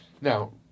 Now